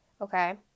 Okay